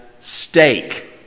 steak